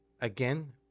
Again